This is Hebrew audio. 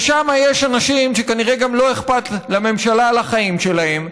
ושם יש אנשים שכנראה גם לא אכפת לממשלה על החיים שלהם,